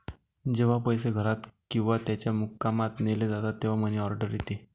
जेव्हा पैसे घरात किंवा त्याच्या मुक्कामात नेले जातात तेव्हा मनी ऑर्डर येते